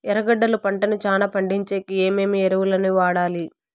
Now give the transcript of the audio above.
ఎర్రగడ్డలు పంటను చానా పండించేకి ఏమేమి ఎరువులని వాడాలి?